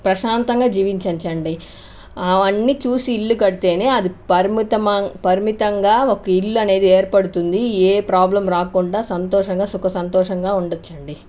ప్రశాంతంగా జీవించండి అవన్నీ చూసి ఇల్లు కడితేనే అది పరిమిత పరిమితంగా ఒక ఇల్లు అనేది ఏర్పడుతుంది ఏ ప్రాబ్లం రాకుండా సంతోషంగా సుఖ సంతోషంగా ఉండచ్చు అండి